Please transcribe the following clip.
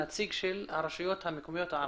נציג הרשויות המקומיות הערביות.